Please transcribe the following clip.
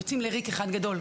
יוצאים לריק אחד גדול,